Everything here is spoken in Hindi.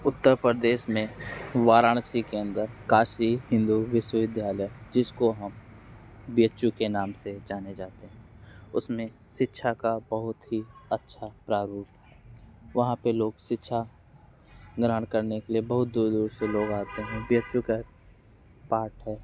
उत्तर प्रदेश में वाराणसी के अंदर काशी हिंदू विश्वविद्यालय जिसको हम बी एच यू के नाम से जाने जाते हैं उसमें शिक्षा का बहुत ही अच्छा प्रारूप है वहाँ पे लोग शिक्षा ग्रहण करने के लिए बहुत दूर दूर से लोग आते हैं बी एच यू का एक पार्ट है